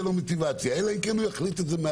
לו מוטיבציה אלא אם כן הם יחליטו בעצמם,